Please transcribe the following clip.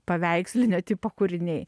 paveikslinio tipo kūriniai